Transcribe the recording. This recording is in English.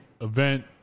event